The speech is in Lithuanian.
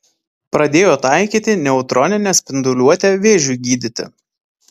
pradėjo taikyti neutroninę spinduliuotę vėžiui gydyti